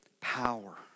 power